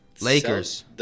Lakers